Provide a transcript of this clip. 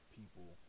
people